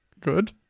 Good